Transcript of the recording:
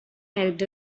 helped